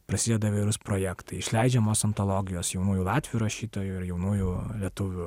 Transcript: prasideda įvairūs projektai išleidžiamos antologijos jaunųjų latvių rašytojų ir jaunųjų lietuvių